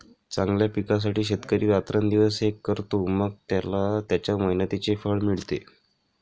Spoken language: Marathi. चांगल्या पिकासाठी शेतकरी रात्रंदिवस एक करतो, मग त्याला त्याच्या मेहनतीचे फळ मिळते